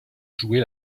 jouer